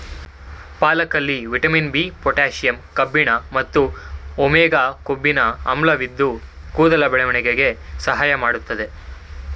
ಪಾಲಕಲ್ಲಿ vitamin B, potassium ಕಬ್ಬಿಣ ಮತ್ತು omega ಕೊಬ್ಬಿನ ಆಮ್ಲವಿದ್ದು ಕೂದಲ ಬೆಳವಣಿಗೆಗೆ ಸಹಾಯ ಮಾಡ್ತದೆ